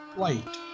white